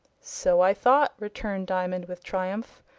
so i thought! returned diamond with triumph.